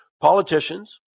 Politicians